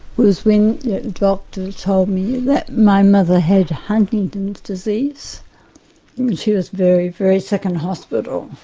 was when the doctor told me that my mother had huntington's disease and she was very, very sick in hospital.